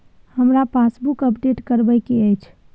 हमरा passbook update करैबे के अएछ?